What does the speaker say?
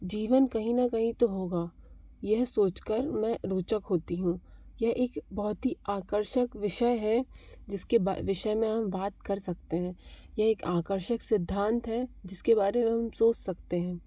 जीवन कहीं ना कहीं तो होगा यह सोचकर मैं रोचक होती हूँ यह एक बहुत ही आकर्षक विषय है जिसके विषय में हम बात कर सकते हैं यह एक आकर्षक सिद्धांत है जिसके बारे में हम सोच सकते हैं